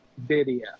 Video